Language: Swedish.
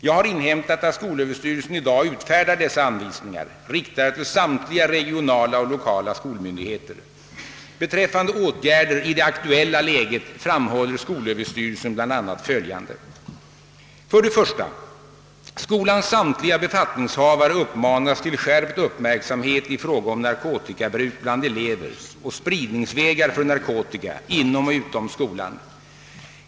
Jag har inhämtat att skolöverstyrelsen i dag utfärdar dessa anvisningar, riktade till samtliga regionala och lokala skolmyndigheter. Beträffande åtgärder i det aktuella läget framhåller skolöverstyrelsen bl.a. följande. 1) Skolans samtliga befattningshavare uppmanas till skärpt uppmärksamhet i fråga om narkotikabruk bland elever och spridningsvägar för narkotika inom och utom skolan.